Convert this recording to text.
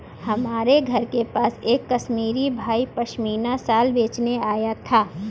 हमारे घर के पास एक कश्मीरी भाई पश्मीना शाल बेचने आया था